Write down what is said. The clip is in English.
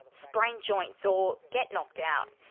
sprain joints or get knocked out.